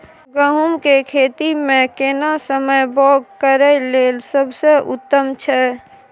गहूम के खेती मे केना समय बौग करय लेल सबसे उत्तम छै?